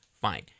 Fine